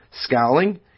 scowling